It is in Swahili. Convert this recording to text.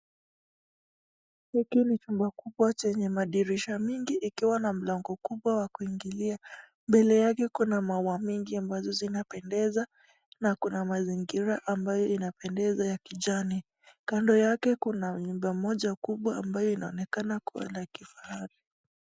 Hiki ni jumba kubwa chenye madirisha mingi ikiwa na mlango mkubwa wa kuingilia. Mbele yake kuna maua mingi ambazo zinapendeza na kuna mazingira ambayo inapendeza ya kijani. Kando yake kuna nyumba moja kubwa ambayo inainekana kuwa la kifahari.